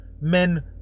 men